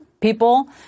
people